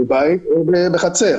זה בית או בחצר.